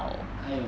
!aiyo!